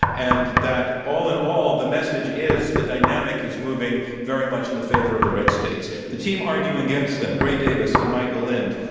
and that all in all the message is the dynamic is moving very much in the favor of the red states. the team arguing against them, gray davis and michael lind,